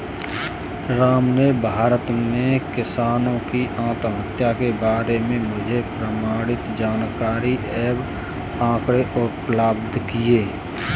राम ने भारत में किसानों की आत्महत्या के बारे में मुझे प्रमाणित जानकारी एवं आंकड़े उपलब्ध किये